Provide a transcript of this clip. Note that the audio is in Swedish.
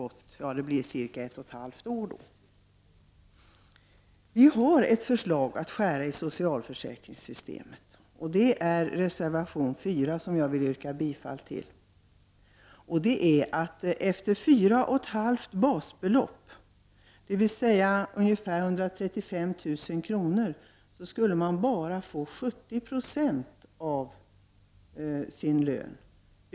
Vi har i reservation 4, ett förslag att skära i socialförsäkringssystemet och jag vill yrka bifall till den reservationen. Vi vill att efter 4,5 basbelopp, dvs. vid ungefär 135 000 kr., skall man bara få 70 96 av sin lön.